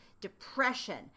depression